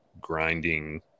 grinding